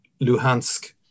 Luhansk